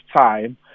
time